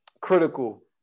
critical